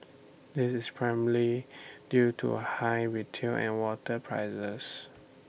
this is primarily due to A high retail and water prices